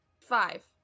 five